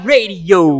Radio